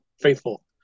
faithful